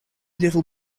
little